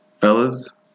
Fellas